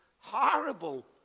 horrible